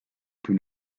put